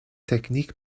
technique